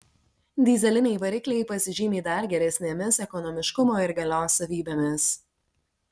dyzeliniai varikliai pasižymi dar geresnėmis ekonomiškumo ir galios savybėmis